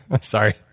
Sorry